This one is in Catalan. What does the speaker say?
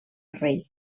rei